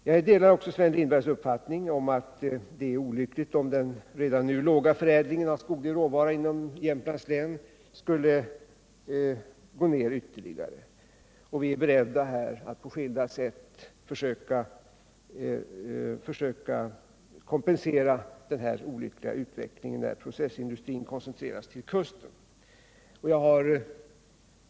Jag delar också Sven Lindbergs uppfattning att det är olyckligt, om den redan nu låga graden av förädling av skoglig råvara i Jämtlands län skulle sjunka ytterligare. Vi är här beredda att på olika sätt försöka kompensera den olyckliga utvecklingen att processindustrin koncentreras till kusten.